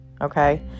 Okay